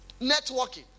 networking